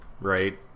right